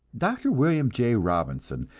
dr. william j. robinson,